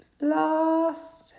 Last